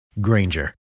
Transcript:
Granger